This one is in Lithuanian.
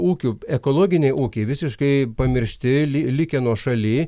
ūkių ekologiniai ūkiai visiškai pamiršti li likę nuošaly